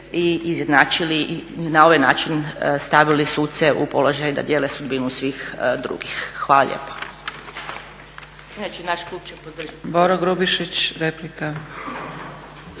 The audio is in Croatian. i izjednačili i na ovaj način stavili suce u položaj da dijele sudbinu svih drugih. Hvala lijepa.